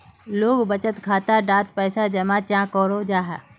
लोग बचत खाता डात पैसा जमा चाँ करो जाहा?